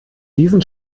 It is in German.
diesen